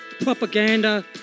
propaganda